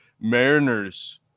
Mariners